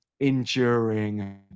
enduring